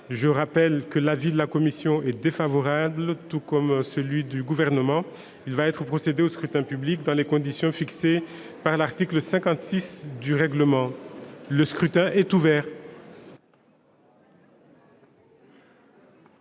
Je rappelle que l'avis de la commission spéciale est défavorable, de même que celui du Gouvernement. Il va être procédé au scrutin dans les conditions fixées par l'article 56 du règlement. Le scrutin est ouvert.